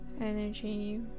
energy